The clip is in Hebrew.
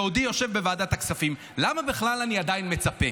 בעודי יושב בוועדת הכספים: למה בכלל אני עדיין מצפה?